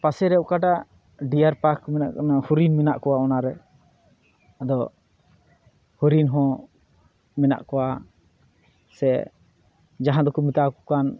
ᱯᱟᱥᱮᱨᱮ ᱚᱠᱟᱴᱟᱜ ᱰᱤᱭᱟᱨᱯᱟᱨᱠ ᱢᱮᱱᱟᱜ ᱚᱱᱟ ᱦᱚᱨᱤᱱ ᱢᱮᱱᱟᱜ ᱠᱚᱣᱟ ᱚᱱᱟᱨᱮ ᱟᱫᱚ ᱦᱚᱨᱤᱱᱦᱚᱸ ᱢᱮᱱᱟᱜ ᱠᱚᱣᱟ ᱥᱮ ᱡᱟᱦᱟᱸᱫᱚ ᱠᱚ ᱢᱮᱛᱟᱣᱠᱚ ᱠᱟᱱ